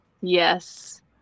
Yes